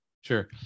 Sure